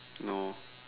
no